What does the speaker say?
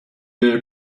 est